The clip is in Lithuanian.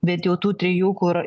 bent jau tų trijų kur